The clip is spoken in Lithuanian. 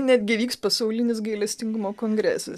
netgi vyks pasaulinis gailestingumo kongresas